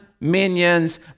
minions